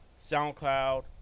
SoundCloud